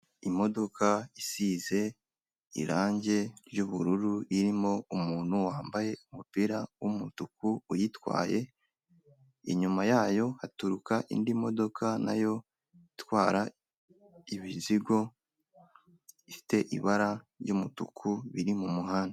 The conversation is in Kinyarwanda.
Imodoka isize irangi ry'ubururu, irimo umuntu wambaye umupira w'umutuku uyitwaye, inyuma yayo haturuka indi modoka na yo itwara imizigo, ifite ibara ry'umutuku iri mu muhanda.